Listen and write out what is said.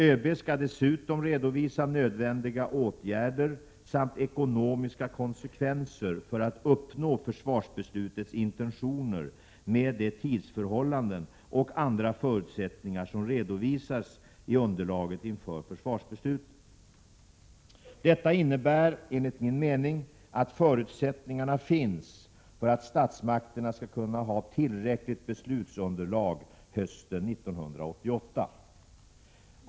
ÖB skall dessutom redovisa nödvändiga åtgärder samt ekonomiska konsekvenser för att uppnå försvarsbeslutets intentioner med de tidsförhållanden och andra förutsättningar som redovisades i underlaget inför försvarsbeslutet. Detta innebär enligt min mening att förutsättningarna finns för att statsmakterna skall kunna ha tillräckligt beslutsunderlag hösten 1988.